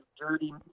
dirty